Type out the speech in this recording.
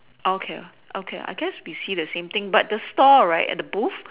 okay okay I guess we see the same thing but the stall right at the booth